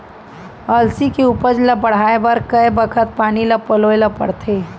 अलसी के उपज ला बढ़ए बर कय बखत पानी पलोय ल पड़थे?